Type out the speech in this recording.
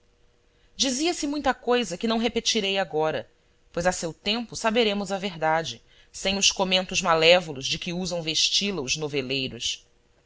dizia-se muita coisa que não repetirei agora pois a seu tempo saberemos a verdade sem os comentos malévolos de que usam vesti la os noveleiros